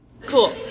Cool